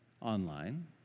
online